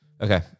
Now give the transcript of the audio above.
okay